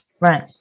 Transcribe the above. Right